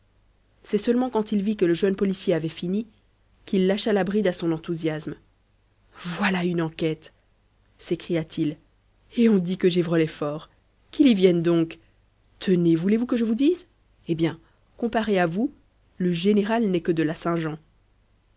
c'est seulement quand il vit que le jeune policier avait fini qu'il lâcha la bride à son enthousiasme voilà une enquête s'écria-t-il et on dit que gévrol est fort qu'il y vienne donc tenez voulez-vous que je vous dise eh bien comparé à vous le général n'est que de la saint-jean